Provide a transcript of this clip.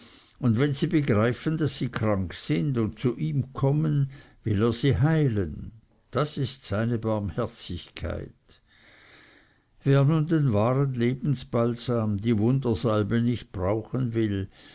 und wenn sie begreifen daß sie krank sind und zu ihm kommen will er sie heilen das ist seine barmherzigkeit wer nun den wahren lebensbalsam die wundersalbe nicht brauchen will